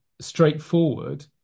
straightforward